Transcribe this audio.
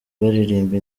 baririmba